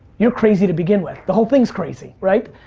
you're crazy to begin with. the whole thing's crazy, right?